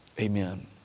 amen